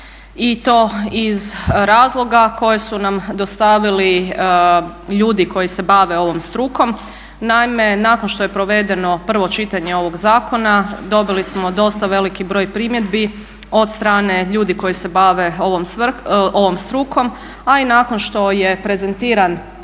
i to iz razloga koje su nam dostavili ljudi koji se bave ovom strukom. Naime, nakon što je provedeno prvo čitanje ovog zakona dobili smo dosta veliki broj primjedbi od strane ljudi koji se bave ovom strukom, a i nakon što je prezentiran